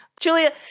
Julia